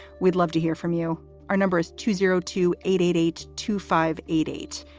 we'd love to hear from you. our number is two zero two eight eight eight two five eight eight.